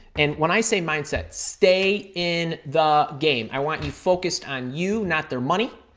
and when i say mindset, stay in the game. i want you focused on you, not their money.